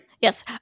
Yes